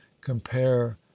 Compare